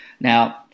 now